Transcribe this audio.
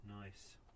Nice